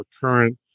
current